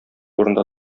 урында